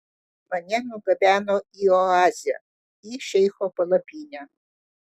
mane nugabeno į oazę į šeicho palapinę